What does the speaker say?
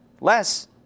less